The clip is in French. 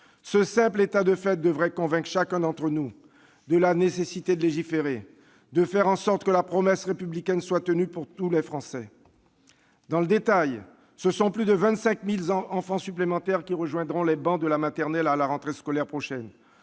Ce simple état de fait devrait convaincre chacun d'entre nous de la nécessité de légiférer, pour faire en sorte que la promesse républicaine soit tenue pour tous les Français. Dans le détail, ce sont plus de 25 000 enfants supplémentaires qui rejoindront les bancs de la maternelle à la rentrée prochaine,